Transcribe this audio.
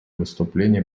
выступления